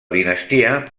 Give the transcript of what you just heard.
dinastia